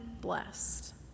blessed